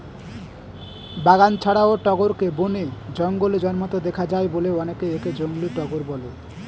বাগান ছাড়াও টগরকে বনে, জঙ্গলে জন্মাতে দেখা যায় বলে অনেকে একে জংলী টগর বলে